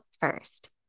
first